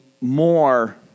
more